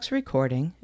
recording